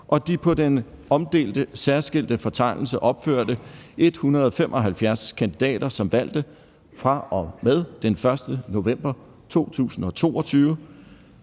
og de på den omdelte særskilte fortegnelse opførte 175 kandidater som valgte fra og med den 1. november 2022,